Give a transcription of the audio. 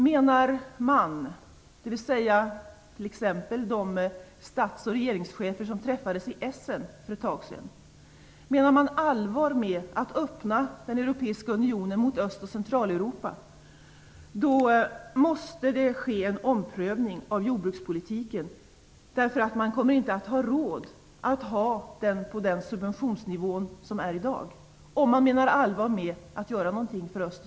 Menar man, dvs. t.ex. de stats och regeringschefer som träffades i Essen för ett tag sedan, allvar med att öppna den Europeiska unionen mot Öst och Centraleuropa, då måste det ske en omprövning av jordbrukspolitiken, därför att man kommer inte att ha råd att ha den subventionsnivå som är i dag.